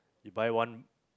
you buy one